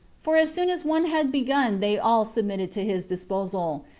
for as soon as one had begun they all submitted to his disposal,